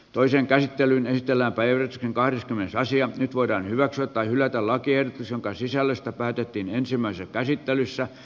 toisen käsittelyn estellä päivi karttunen raisio nyt voidaan hyväksyä tai hylätä lakiehdotus jonka sisällöstä päätettiin ensimmäisessä käsittelyssä